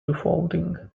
folding